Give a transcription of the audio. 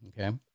Okay